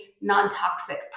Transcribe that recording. non-toxic